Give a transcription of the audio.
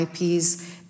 IPs